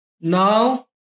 Now